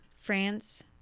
France